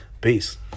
peace